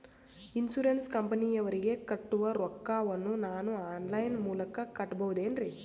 Insurance ಕಂಪನಿಯವರಿಗೆ ಕಟ್ಟುವ ರೊಕ್ಕ ವನ್ನು ನಾನು ಆನ್ ಲೈನ್ ಮೂಲಕ ಕಟ್ಟಬಹುದೇನ್ರಿ?